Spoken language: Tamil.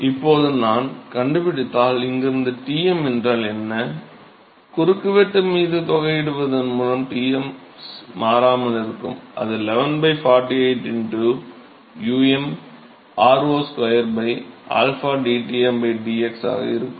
இப்போது நான் கண்டுபிடித்தால் இங்கிருந்து Tm என்றால் என்ன குறுக்குவெட்டு மீது தொகையிடுவதன் மூலம் Ts மாறாமல் இருக்கும் அது 11 48 um r0 2 𝝰 dTm dx ஆக இருக்கும்